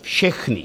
Všechny.